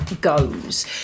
goes